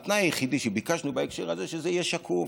התנאי היחידי שביקשנו בהקשר הזה שזה יהיה שקוף,